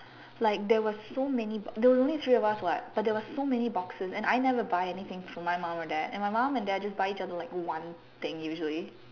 like there was so many there was only three of us what but there was so many boxes and I never buy anything for my mum and dad and my mum and dad just buy each other like one thing usually